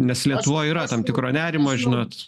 nes lietuvoj yra tam tikro nerimo žinot